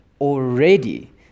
already